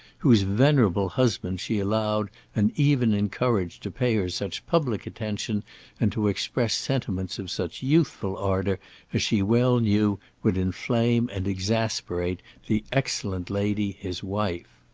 whose venerable husband she allowed and even encouraged to pay her such public attention and to express sentiments of such youthful ardour as she well knew would inflame and exasperate the excellent lady his wife.